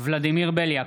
ולדימיר בליאק,